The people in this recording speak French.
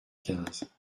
quinze